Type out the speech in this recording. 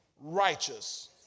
righteous